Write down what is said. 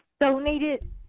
donated